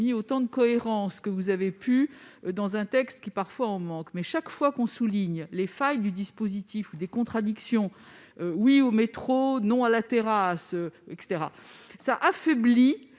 autant de cohérence que vous avez pu dans un texte qui, parfois, en manque. Mais, chaque fois que l'on souligne les failles du dispositif ou des contradictions telles que « oui au métro, non à la terrasse », cela affaiblit